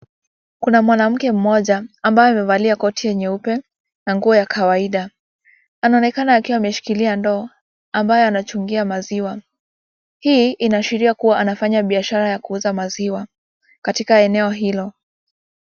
Kuna mwanamke mmoja ambaye amevalia koti nyeupe, na nguo ya kawaida, anaonekana akiwa ameshikilia ndoo, ambayo anachungia maziwa, hii inaashiria kuwa anafanya biashara ya kuuza maziwa, katika eneo hilo.